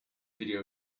video